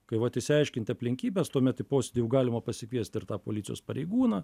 kai vat išsiaiškint aplinkybes tuomet į posėdį jau galima pasikviest ir tą policijos pareigūną